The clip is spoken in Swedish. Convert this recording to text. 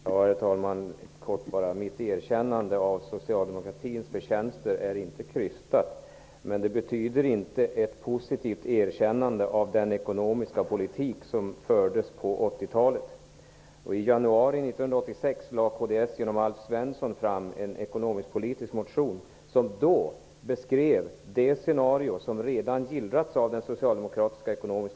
Herr talman! Mitt erkännande av socialdemokratins förtjänster är inte krystat, men det betyder inte att jag uppskattar den ekonomiska politik som fördes på 80-talet. I januari 1986 väckte kds genom Alf Svensson en ekonomisk-politisk motion som beskrev det scenario som då redan hade gillrats upp genom den socialdemokratiska politiken.